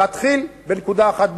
ואתחיל מנקודה אחת,